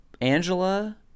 Angela